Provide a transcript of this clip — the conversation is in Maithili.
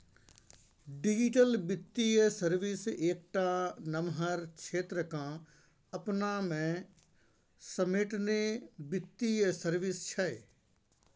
डिजीटल बित्तीय सर्विस एकटा नमहर क्षेत्र केँ अपना मे समेटने बित्तीय सर्विस छै